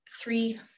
three